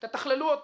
תתכללו אותה.